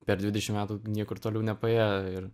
per dvidešim metų niekur toliau nepaėjo ir